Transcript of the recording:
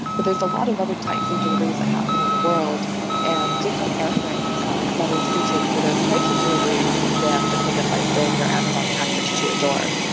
but there is a lot of other types of deliveries that happen in the world and different airframes are better suited for those types of deliveries than the thing that might bring your amazon package to your door.